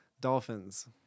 dolphins